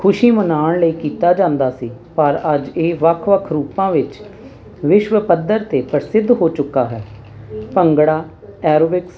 ਖੁਸ਼ੀ ਮਨਾਉਣ ਲਈ ਕੀਤਾ ਜਾਂਦਾ ਸੀ ਪਰ ਅੱਜ ਇਹ ਵੱਖ ਵੱਖ ਰੂਪਾਂ ਵਿੱਚ ਵਿਸ਼ਵ ਪੱਧਰ 'ਤੇ ਪ੍ਰਸਿੱਧ ਹੋ ਚੁੱਕਾ ਹੈ ਭੰਗੜਾ ਐਰੋਬਿਕਸ